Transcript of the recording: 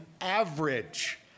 average